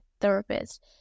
therapist